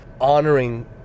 honoring